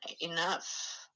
enough